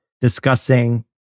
discussing